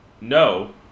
No